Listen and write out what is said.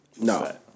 No